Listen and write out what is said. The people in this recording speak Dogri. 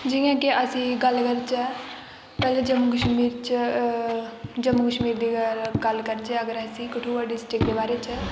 जि'यां के असीं गल्ल करचै साढे़ जम्मू कश्मीर च जम्मू कश्मीर दी गल्ल करचै अगर असीं कठुआ डिस्ट्रिक्ट दे बारे च